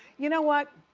you know what,